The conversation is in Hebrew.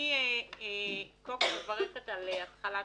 אני מברכת על התחלת